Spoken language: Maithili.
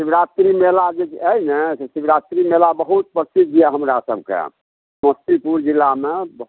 शिवरात्रि मेला जे अइ ने से शिवरात्रि मेला बहुत प्रसिद्ध अइ हमरासबके समस्तीपुर जिलामे बहु